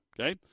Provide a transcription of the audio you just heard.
Okay